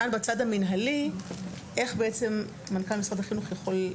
כאן בצד המנהלי איך בעצם מנכ"ל משרד החינוך יכול,